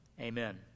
Amen